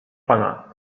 pana